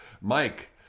Mike